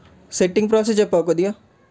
setting process చెప్పవా కొద్దిగా